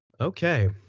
Okay